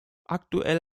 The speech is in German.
aktuell